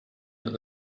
and